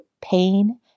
pain